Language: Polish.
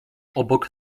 obok